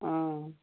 অঁ